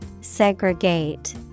segregate